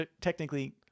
technically